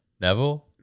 Neville